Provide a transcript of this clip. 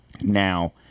now